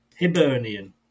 Hibernian